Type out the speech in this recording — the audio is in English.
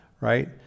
right